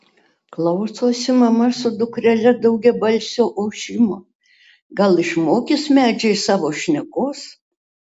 klausosi mama su dukrele daugiabalsio ošimo gal išmokys medžiai savo šnekos